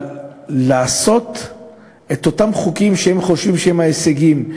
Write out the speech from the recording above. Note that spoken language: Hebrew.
אבל לעשות את אותם חוקים שהם חושבים שהם ההישגים,